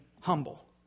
humble